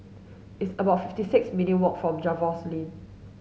it's about fifty six minutes' walk to Jervois Lane